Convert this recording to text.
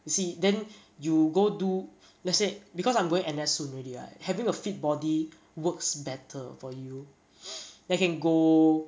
you see then you go do let's say because I'm going N_S soon already right having a fit body works better for you then can go